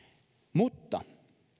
mutta